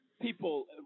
people